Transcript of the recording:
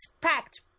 packed